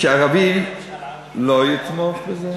שערבי לא יתמוך בזה?